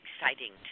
exciting